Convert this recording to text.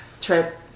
trip